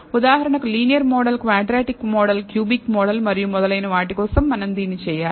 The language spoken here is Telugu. ఉదాహరణకు linear model quadratic model cubic model మరియు మొదలైన వాటి కోసం మనం దీన్ని చేయాలి